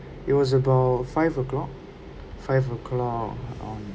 it was about five o'clock five o'clock um